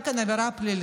זה גם כן עבירה פלילית.